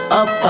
up